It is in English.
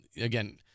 again